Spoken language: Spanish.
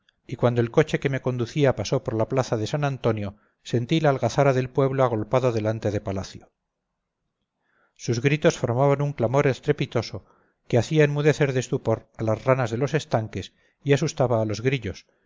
y cuando el coche que me conducía pasó por la plaza de san antonio sentí la algazara del pueblo agolpado delante de palacio sus gritos formaban un clamor estrepitoso que hacía enmudecer de estupor a las ranas de los estanques y asustaba a los grillos